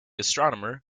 astronomer